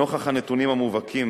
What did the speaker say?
נוכח הנתונים המובהקים,